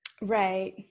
Right